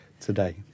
today